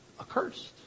accursed